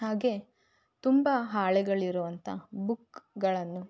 ಹಾಗೆ ತುಂಬ ಹಾಳೆಗಳಿರುವಂಥ ಬುಕ್ಗಳನ್ನು